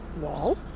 wall